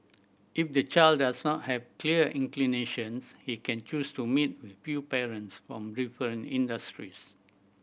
if the child does not have clear inclinations he can choose to meet with few parents from different industries